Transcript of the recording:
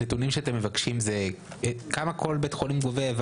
העברנו כמה כל בית חולים.